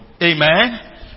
Amen